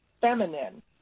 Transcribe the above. feminine